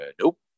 Nope